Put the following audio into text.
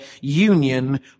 union